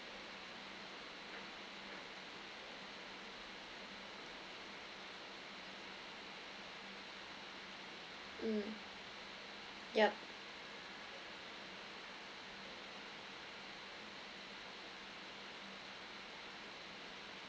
mm yup